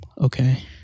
Okay